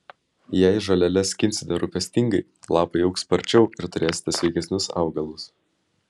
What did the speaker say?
jei žoleles skinsite rūpestingai lapai augs sparčiau ir turėsite sveikesnius augalus